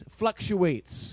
fluctuates